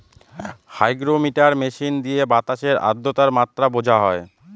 hygrometer machine দিয়ে বাতাসের আদ্রতার মাত্রা বোঝা হয়